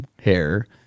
hair